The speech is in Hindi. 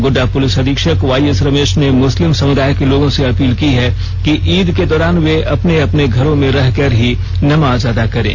गोड्डा पुलिस अधीक्षक वाईएस रमेष ने मुस्लिम समुदाय के लोगों से अपील की है कि ईद के दौरान वे अपने अपने घरों में रहकर ही नमाज अदा करें